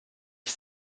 ich